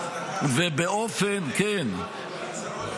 אין הצדקה ששירותי --- ימסרו את המידע.